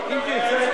אם תרצה,